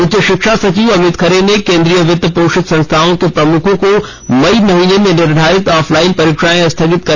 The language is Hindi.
उच्च शिक्षा सचिव अमित खरे ने केन्द्रीय वित्त पोषित संस्थाओं के प्रमुखों को मई महीने में निर्धारित ऑफलाइन परीक्षाएं स्थगित करने को कहा है